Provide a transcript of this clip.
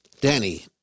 Danny